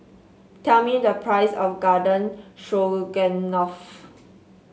tell me the price of Garden Stroganoff